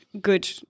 Good